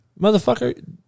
motherfucker